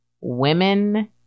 women